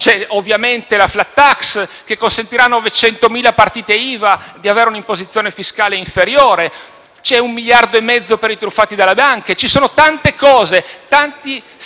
c'è ovviamente la *flat tax*, che consentirà a 900.000 partite IVA di avere un'imposizione fiscale inferiore; c'è un miliardo e mezzo per i truffati dalle banche. Ci sono tante cose e tanti segnali,